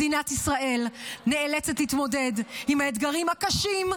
מדינת ישראל נאלצת להתמודד עם האתגרים הקשים,